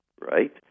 right